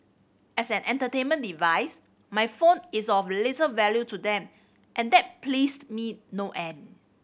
as an entertainment device my phone is of little value to them and that pleased me no end